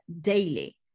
daily